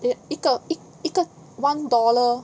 eh 一个一个 one dollar